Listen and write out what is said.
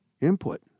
input